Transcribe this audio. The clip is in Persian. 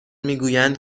میگویند